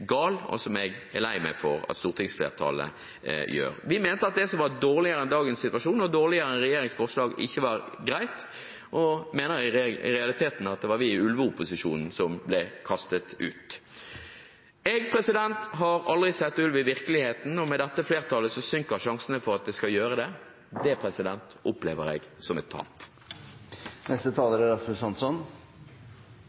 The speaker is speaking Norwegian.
gal, og som jeg er lei meg for at stortingsflertallet gjør. Vi mente at det som var dårligere enn dagens situasjon og dårligere enn regjeringens forslag, ikke var greit, og mener i realiteten at det var vi i ulveopposisjonen som ble kastet ut. Jeg har aldri sett ulv i virkeligheten, og med dette flertallet synker sjansene for at jeg skal gjøre det. Det opplever jeg som et tap.